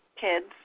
kids